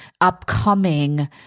upcoming